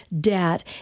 debt